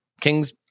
King's